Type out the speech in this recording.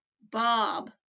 Bob